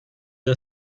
der